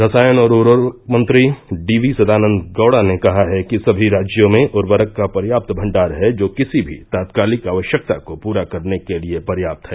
रसायन और उर्वरक मंत्री डीवी सदानंद गौड़ा ने कहा है कि सभी राज्यों में उर्वरक का पर्याप्त भंडार है जो किसी भी तात्कालिक आवश्यकता को पूरा करने के लिए पर्याप्त है